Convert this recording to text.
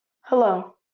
Hello